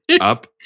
up